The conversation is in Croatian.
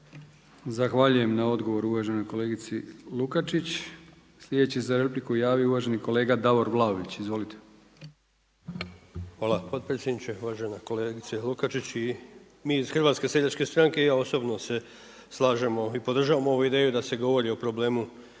Zahvaljujem na odgovoru uvaženoj kolegici Lukačić. Slijedeći za repliku javio uvaženi kolega Davor Vlaović. Izvolite. **Vlaović, Davor (HSS)** Hvala potpredsjedniče. Uvažena kolegice Lukačić i mi iz HSS-a i ja osobno se slažemo i podržavamo ovu ideju da se govori o problemu